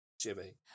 jimmy